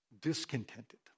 discontented